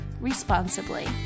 responsibly